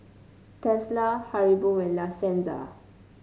Tesla Haribo and La Senza